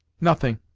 nothing.